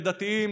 לדתיים,